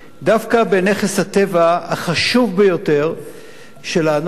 דווקא נכס הטבע החשוב ביותר שלנו,